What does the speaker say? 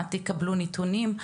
עד שתקבלו נתונים,